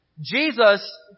Jesus